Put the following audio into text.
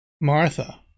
Martha